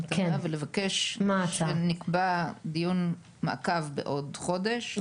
ההמתנה ולבקש שנקבע דיון מעקב בעוד חודש,